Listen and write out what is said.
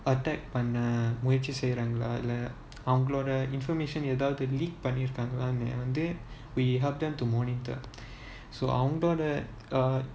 attack பண்ண முயற்சி செய்றங்களா இல்ல அவங்களோட:panna muyarchi seirngala illa avangaloda information ஏதாது:yethathu leak பண்ணிருக்காங்களானு வந்து:pannirukangalanu vanthu we help them to monitor so அவங்களோட:avangaloda